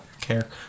care